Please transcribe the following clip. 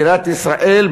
מדינת ישראל,